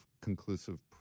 conclusive